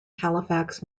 halifax